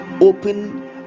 open